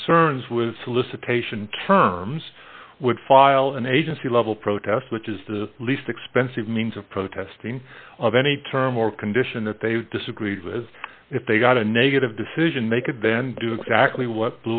concerns with solicitation terms would file an agency level protest which is the least expensive means of protesting of any term or condition that they disagreed with if they got a negative decision make and then do exactly what